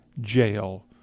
jail